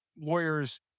Lawyers